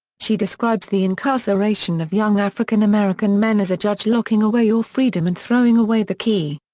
she describes the incarceration of young african american men as a judge locking away your freedom and throwing away the key.